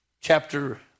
chapter